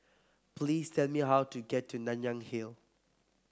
please tell me how to get to Nanyang Hill